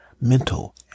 mental